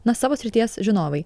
na savo srities žinovai